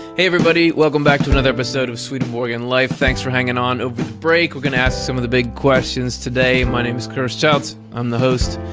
everybody, welcome back to another episode of swedenborg and life. thanks for hanging on over the break. we're going to ask some of the big questions today. my name's curtis childs, i'm the host,